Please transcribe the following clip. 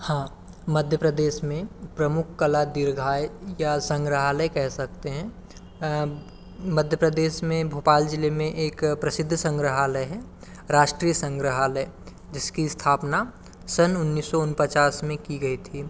हाँ मध्य प्रदेश में प्रमुख कलादीर्घाए या संग्रहालय कह सकते हैं मध्य प्रदेस में भोपाल ज़िले में एक प्रसिद्ध संग्रहालय है राष्ट्रीय संग्रहालय जिसकी स्थापना सन् उन्नीस सौ उनचास में की गई थी